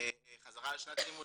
חזרה לשנת לימודים,